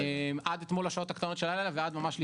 עד אתמול בשעות הקטנות של הלילה ועד ממש לפני,